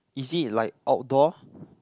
is it like outdoor